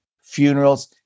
funerals